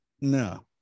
No